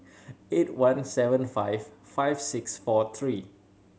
eight one seven five five six four three